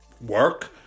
work